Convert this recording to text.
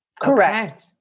correct